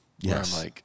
Yes